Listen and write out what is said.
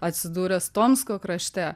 atsidūręs tomsko krašte